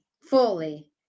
fully